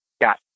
got